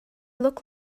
look